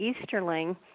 Easterling